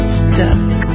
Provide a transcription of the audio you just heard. stuck